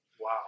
Wow